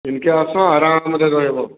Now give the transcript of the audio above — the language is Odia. ଇନ୍କେ ଆସ ଆରାମ୍ରେ ରହିବ